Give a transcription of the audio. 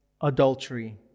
adultery